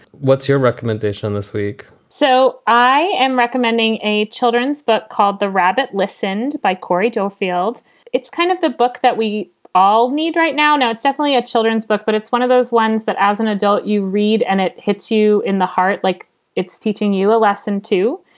what's your recommendation this week? so i am recommending a children's book called the rabbit listened by corey fields. it's kind of the book that we all need right now. now, it's definitely a children's book, but it's one of those ones that as an adult you read and it hits you in the heart like it's teaching you a lesson, too.